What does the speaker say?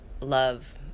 love